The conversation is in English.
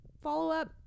follow-up